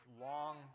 long